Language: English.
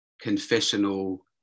confessional